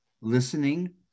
Listening